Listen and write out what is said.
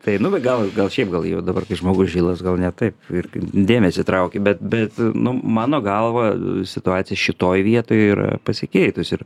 tai nu va gal gal šiaip gal jau dabar kai žmogus žilas gal ne taip irgi dėmesį trauki bet bet nu mano galva situacija šitoj vietoj yra pasikeitus ir